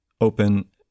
open